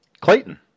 Clayton